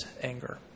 anger